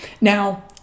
Now